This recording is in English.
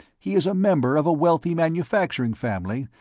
he is a member of a wealthy manufacturing family,